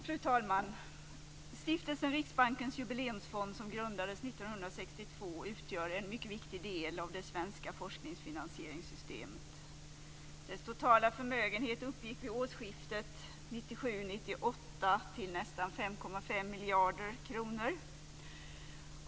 Fru talman! Stiftelsen Riksbankens Jubileumsfond, som grundades 1962, utgör en mycket viktig del av det svenska forskningsfinansieringssystemet. Dess totala förmögenhet uppgick vid årsskiftet 1997/98 till nästan 5,5 miljarder kronor.